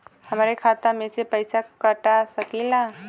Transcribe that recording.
हमरे खाता में से पैसा कटा सकी ला?